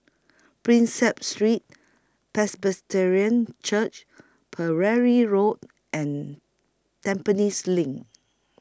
Prinsep Street Presbyterian Church Pereira Road and Tampines LINK